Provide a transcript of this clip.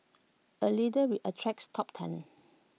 A leader re attracts top talent